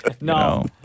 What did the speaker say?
No